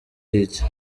iki